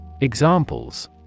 Examples